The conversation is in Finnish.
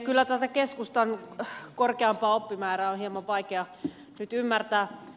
kyllä tätä keskustan korkeampaa oppimäärää on hieman vaikea nyt ymmärtää